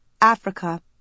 Africa